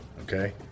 okay